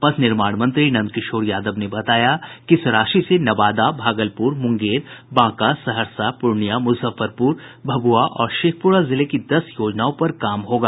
पथ निर्माण मंत्री नंदकिशोर यादव ने बताया कि इस राशि से नवादा भागलपुर मुंगेर बांका सहरसा पूर्णिया मुजफ्फरपुर भभुआ और शेखपुरा जिले की दस योजनाओं पर काम होगा